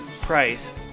price